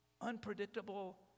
unpredictable